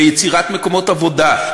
ביצירת מקומות עבודה,